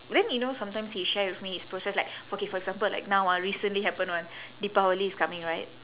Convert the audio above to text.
then you know sometimes he share with me his process like okay for example like now ah recently happen [one] deepavali is coming right